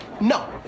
no